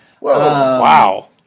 Wow